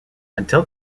until